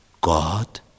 God